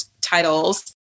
titles